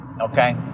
okay